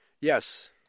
Yes